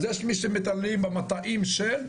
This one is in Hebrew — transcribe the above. אז יש מי שמטיילים במטעים של,